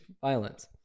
violence